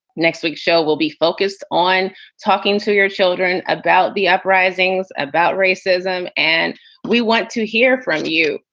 next week's show will be focused on talking to your children about the uprisings, about racism. and we want to hear from you.